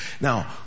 Now